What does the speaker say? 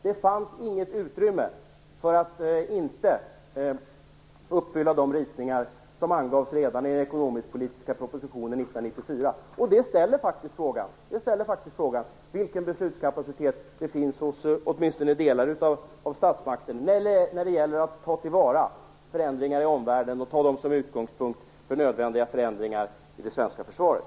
Det fanns inget utrymme för att inte uppfylla de ritningar som angavs redan i den ekonomisk-politiska propositionen 1994. Man ställer sig frågan: Vilken beslutskapacitet finns det hos åtminstone delar av statsmakten när det gäller att ta till vara förändringar i omvärlden och ha dem som utgångspunkt för nödvändiga förändringar i det svenska försvaret?